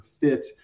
fit